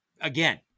again